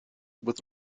with